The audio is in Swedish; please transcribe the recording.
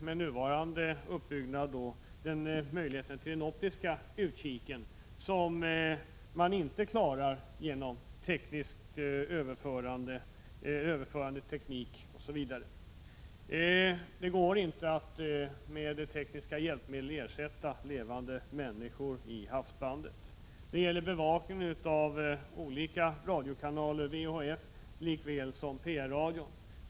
Med nuvarande utbyggnad finns möjlighet till optisk utkik, som man inte klarar genom överförande teknik. Det går inte att med tekniska hjälpmedel ersätta levande människor i havsbandet. Det gäller bevakning av olika radiokanaler, VHF lika väl som pr-radio.